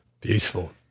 beautiful